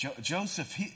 Joseph